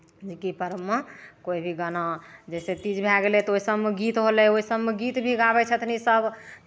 जेकि पर्वमे कोइ भी गाना जैसे तीज भए गेलै तऽ ओहिसभमे गीत होलै ओहिसभमे गीत भी गाबै छथिन सभ